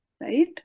right